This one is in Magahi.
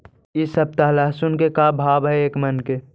इ सप्ताह लहसुन के का भाव है एक मन के?